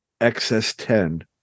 xs10